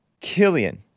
Killian